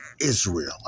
Israel